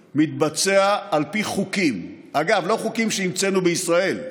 מתבצע על פי חוקים, אגב, לא חוקים שהמצאנו בישראל,